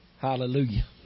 Hallelujah